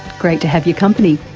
great to have your company,